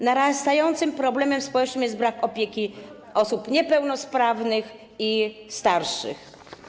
Narastającym problemem społecznym jest brak opieki nad osobami niepełnosprawnymi i starszymi.